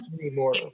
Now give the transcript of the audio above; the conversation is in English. anymore